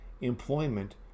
employment